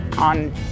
on